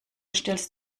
stellst